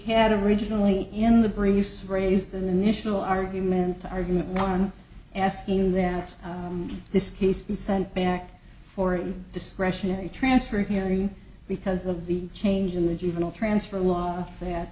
had originally in the briefs raised the national argument argument no one asking that this case be sent back for an discretionary transfer hearing because of the change in the juvenile transfer laws that